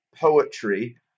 poetry